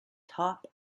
top